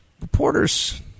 reporters